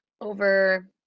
over